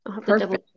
Perfect